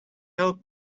help